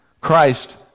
Christ